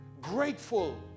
grateful